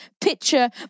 picture